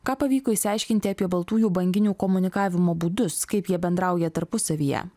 ką pavyko išsiaiškinti apie baltųjų banginių komunikavimo būdus kaip jie bendrauja tarpusavyje